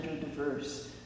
diverse